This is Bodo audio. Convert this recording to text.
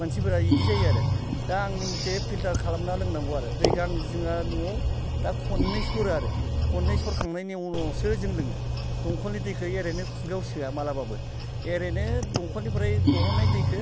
मानसिफोरा बिदि जायो आरो दा आंनि मथे फिल्टार खालामना लोंनागौ आरो दैखौ जोंहा न'आव दा खननै सरो आरो खननै सरखांनायनि उनावसो जों लोङो दंखलनि दैखौ ओरैनो खुगायाव सोवा मालाबाबो एरैनो दंखलनिफ्राय दिहुननाय दैखौ